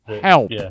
help